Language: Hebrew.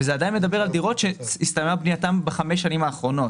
וזה עדיין מדבר על דירות שהסתיימה בנייתן בחמש השנים האחרונות.